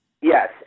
Yes